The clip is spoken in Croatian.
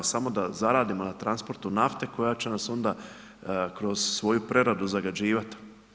Samo da zaradimo na transportu nafte, koja će nas onda, kroz svoju preradu zagađivati.